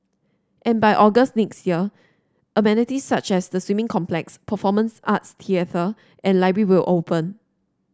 and by August next year amenities such as the swimming complex performance arts theatre and library will open